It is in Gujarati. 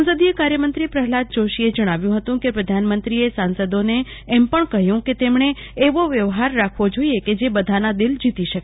સંસદીય કાર્યમંત્રી પ્રહલાદ જોશી એ જણાવ્યું હતું કે પ્રધાનમંત્રી એ સાંસદોને એમ પણ કહ્યું કે તેમને એવો વ્યવહાર રાખવો જોઈએ કે જે બધાના દિલ જીતી શકે